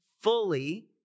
fully